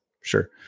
Sure